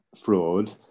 fraud